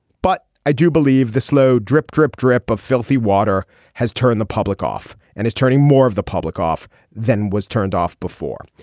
but i do believe the slow drip drip drip of filthy water has turned the public off and is turning more of the public off than was turned off before.